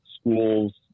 schools